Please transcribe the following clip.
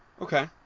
Okay